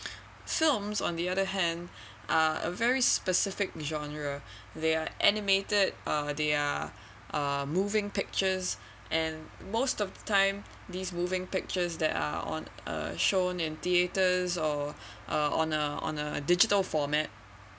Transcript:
films on the other hand are a very specific genre they're animated uh they are uh moving pictures and most of the time these moving pictures that are on uh shown in theatres or a on a on a digital format